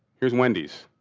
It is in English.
here's wendy's.